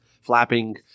flapping